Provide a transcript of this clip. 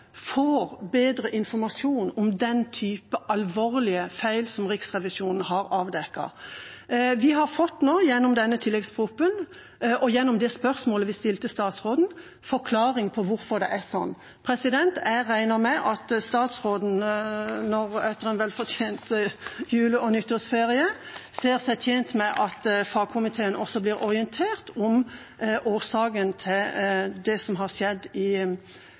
får bedre informasjon om den typen alvorlige feil som Riksrevisjonen har avdekket. Vi har nå, gjennom denne tilleggsproposisjonen og gjennom det spørsmålet vi stilte statsråden, fått en forklaring på hvorfor det er slik. Jeg regner med at statsråden, etter en velfortjent jule- og nyttårsferie, ser seg tjent med at fagkomiteen også blir orientert om årsaken til det som har skjedd i